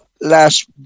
last